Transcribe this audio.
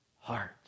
heart